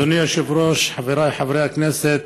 אדוני היושב-ראש, חבריי חברי הכנסת,